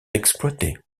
exploité